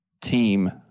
team